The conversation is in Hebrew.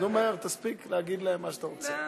תראה